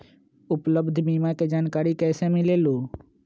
उपलब्ध बीमा के जानकारी कैसे मिलेलु?